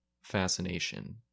fascination